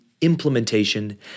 implementation